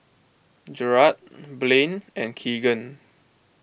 Jarrad Blane and Keagan